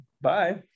Bye